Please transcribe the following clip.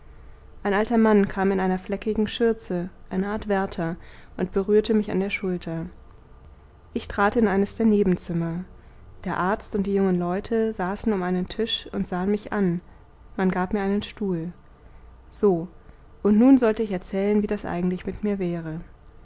ein alter mann kam in einer fleckigen schürze eine art wärter und berührte mich an der schulter ich trat in eines der nebenzimmer der arzt und die jungen leute saßen um einen tisch und sahen mich an man gab mir einen stuhl so und nun sollte ich erzählen wie das eigentlich mit mir wäre